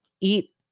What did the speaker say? eat